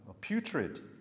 Putrid